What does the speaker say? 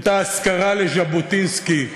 את האזכרה לז'בוטינסקי.